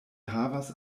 havas